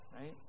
right